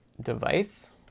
device